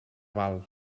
val